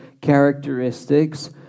characteristics